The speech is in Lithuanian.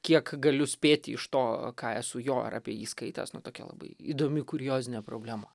kiek galiu spėt iš to ką esu jo ar apie jį skaitęs nu tokia labai įdomi kuriozinė problema